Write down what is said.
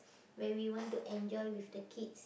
where we want to enjoy with the kids